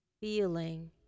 feeling